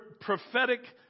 prophetic